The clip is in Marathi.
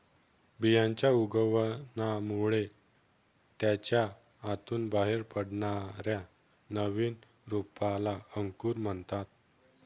बियांच्या उगवणामुळे त्याच्या आतून बाहेर पडणाऱ्या नवीन रोपाला अंकुर म्हणतात